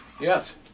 Yes